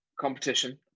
competition